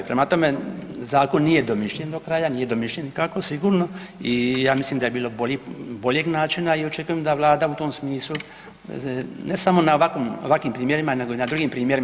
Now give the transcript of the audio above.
Prema tome, zakon nije domišljen do kraja, nije domišljen kako sigurno i ja mislim da je bilo boljeg načina i očekujem da Vlada u tom smislu ne samo na ovakvim primjerima, nego i na drugim primjerima.